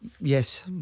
Yes